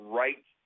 right